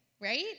right